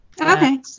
Okay